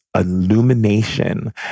illumination